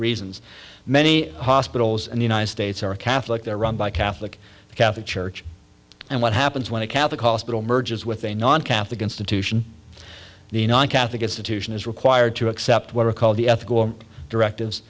reasons many hospitals and united states are catholic they're run by catholic the catholic church and what happens when a catholic hospital merges with a non catholic institution the catholic institution is required to accept what are called the ethical directives